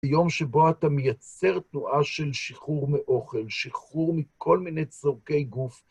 היום שבו אתה מייצר תנועה של שחרור מאוכל, שחרור מכל מיני צורכי גוף.